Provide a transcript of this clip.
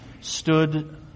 stood